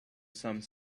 some